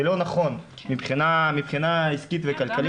זה לא נכון מבחינה עסקית וכלכלית,